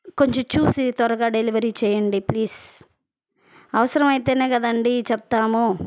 కొంచెం చూసి త్వరగా డెలివరీ చెయ్యండి ప్లీస్ అవసరమైతేనే కదండీ చెప్తాము